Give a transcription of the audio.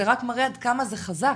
זה רק מראה עד כמה זה חזק,